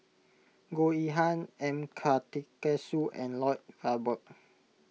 Goh Yihan M Karthigesu and Lloyd Valberg